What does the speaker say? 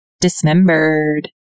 dismembered